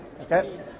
okay